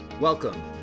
Welcome